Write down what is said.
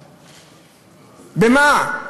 במה,